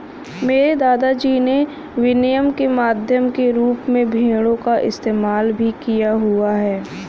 मेरे दादा जी ने विनिमय के माध्यम के रूप में भेड़ों का इस्तेमाल भी किया हुआ है